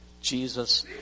Jesus